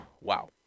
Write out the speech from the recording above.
wow